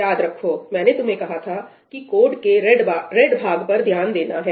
याद रखो मैंने तुम्हें कहा था कि कोड के रेड भाग पर ध्यान देना है